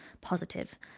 positive